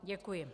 Děkuji.